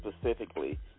specifically